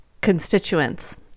constituents